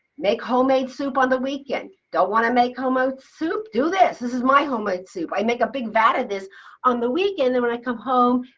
make homemade soup on the weekend. don't want to make homemade soup? do this this is my homemade soup. i make a big vat of this on the weekend and when i come home,